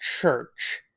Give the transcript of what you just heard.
church